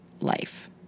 life